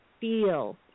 feel